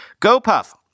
GoPuff